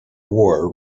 war